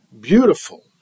beautiful